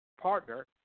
partner